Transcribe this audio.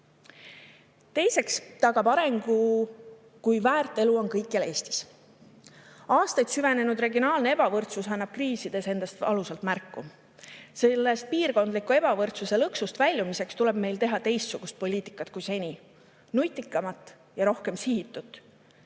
Teiseks tagab arengu, kui väärt elu on kõikjal Eestis. Aastaid süvenenud regionaalne ebavõrdsus annab kriisides endast valusalt märku. Sellest piirkondliku ebavõrdsuse lõksust väljumiseks tuleb meil teha teistsugust poliitikat kui seni: nutikamat ja rohkem sihitut.